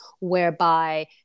whereby